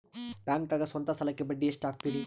ಬ್ಯಾಂಕ್ದಾಗ ಸ್ವಂತ ಸಾಲಕ್ಕೆ ಬಡ್ಡಿ ಎಷ್ಟ್ ಹಕ್ತಾರಿ?